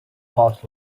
fast